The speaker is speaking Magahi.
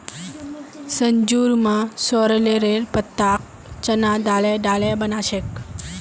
संजूर मां सॉरेलेर पत्ताक चना दाले डाले बना छेक